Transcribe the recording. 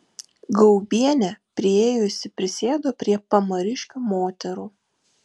gaubienė priėjusi prisėdo prie pamariškių moterų